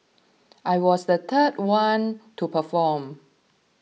I was the third one to perform